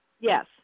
Yes